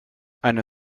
eine